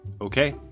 Okay